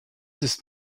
ist